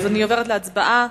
אני עוברת להצבעה.